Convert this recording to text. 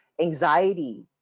Anxiety